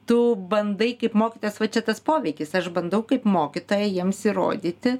tu bandai kaip mokytojas va čia tas poveikis aš bandau kaip mokytoja jiems įrodyti